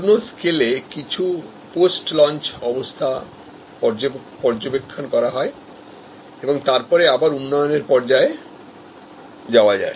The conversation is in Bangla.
পূর্ণ স্কেলে কিছুপোস্ট লঞ্চ অবস্থা পর্যবেক্ষণ করা হয় এবং তারপরে আবার উন্নয়নের পর্যায়ে যাওয়া যায়